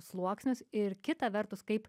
sluoksnius ir kita vertus kaip